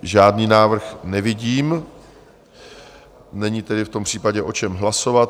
Žádný návrh nevidím, není tedy v tom případě o čem hlasovat.